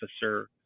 officer